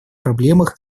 проблемах